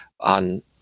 on